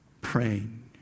praying